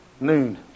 noon